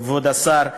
כבוד השר,